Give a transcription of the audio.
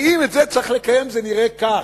כי אם את זה צריך לקיים, זה נראה כך: